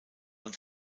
und